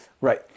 Right